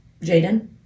Jaden